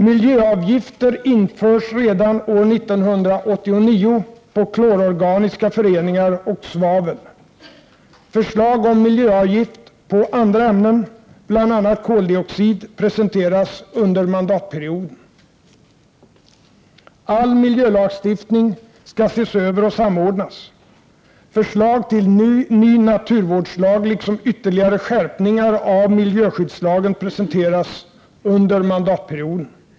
Miljöavgifter införs redan år 1989 på klororganiska föreningar och svavel. Förslag om miljöavgift på andra ämnen, bl.a. på koldioxid, presenteras under mandatperioden. All miljölagstiftning skall ses över och samordnas. Förslag till ny naturvårdslag liksom ytterligare skärpningar av miljöskyddslagen presenteras under mandatperioden.